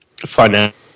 financial